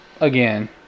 again